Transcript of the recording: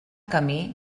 camí